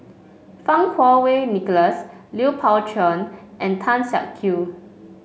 Fang Kuo Wei Nicholas Lui Pao Chuen and Tan Siak Kew